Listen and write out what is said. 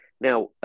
now